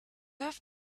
have